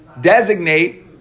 designate